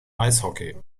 eishockey